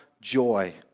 joy